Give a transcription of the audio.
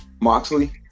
Moxley